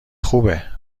خوبه